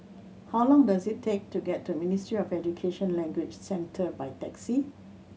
how long does it take to get to Ministry of Education Language Centre by taxi